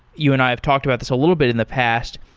you and i have talked about this a little bit in the past,